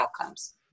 outcomes